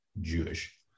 Jewish